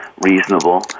reasonable